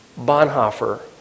Bonhoeffer